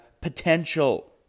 potential